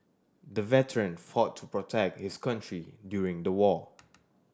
the veteran fought to protect his country during the war